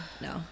No